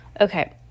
Okay